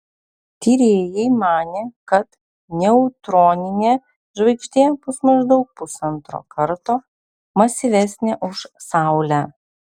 tyrėjai manė kad neutroninė žvaigždė bus maždaug pusantro karto masyvesnė už saulę